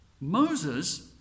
Moses